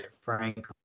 Frank